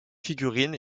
figurines